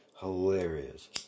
Hilarious